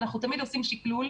אנחנו תמיד עושים שקלול.